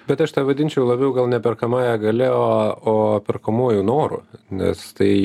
bet aš tą vadinčiau labiau gal ne perkamąja galia o o perkamuoju noru nes tai